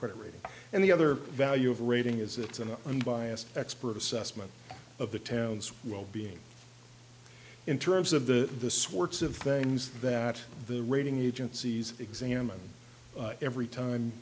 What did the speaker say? credit rating and the other value of rating is it's an unbiased expert assessment of the town's wellbeing in terms of the this works of things that the rating agencies examined every time